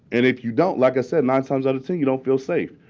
and if you don't like i said, nine times out of ten you don't feel safe.